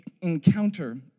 encounter